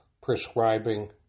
prescribing